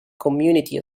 community